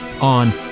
on